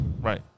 Right